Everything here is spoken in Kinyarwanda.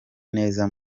neza